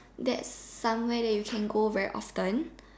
that's some where you can go very often